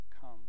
come